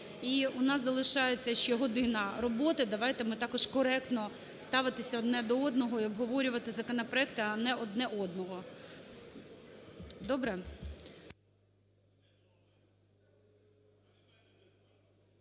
І у нас залишається ще година роботи, давайте ми також коректно ставитися одне до одного і обговорювати законопроекти, а не одне одного. Добре?